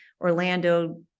Orlando